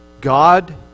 God